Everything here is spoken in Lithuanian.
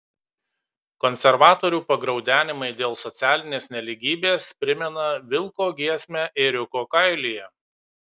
konservatorių pagraudenimai dėl socialinės nelygybės primena vilko giesmę ėriuko kailyje